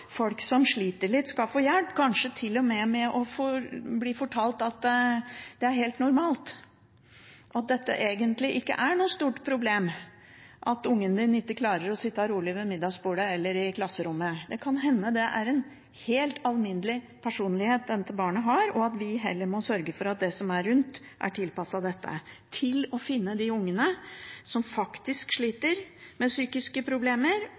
folk som sliter litt, skal få hjelp, kanskje til og med bli fortalt at det er helt normalt, at det egentlig ikke er noe stort problem at ungen din ikke klarer å sitte rolig ved middagsbordet eller i klasserommet. Det kan hende det er en helt alminnelig personlighet dette barnet har, og at vi heller må sørge for at det som er rundt, er tilpasset slik at en finner de ungene som faktisk sliter med psykiske problemer,